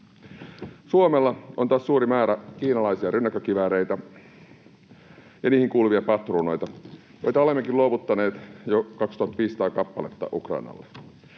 Suomella on taas suuri määrä kiinalaisia rynnäkkökivääreitä ja niihin kuuluvia patruunoita, joita olemmekin luovuttaneet jo 2 500 kappaletta Ukrainalle.